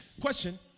Question